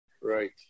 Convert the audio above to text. Right